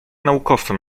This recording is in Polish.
naukowcom